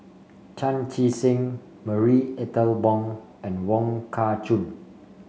Chan Chee Seng Marie Ethel Bong and Wong Kah Chun